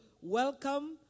Welcome